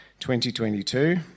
2022